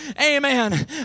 Amen